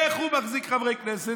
איך הוא מחזיק חברי כנסת?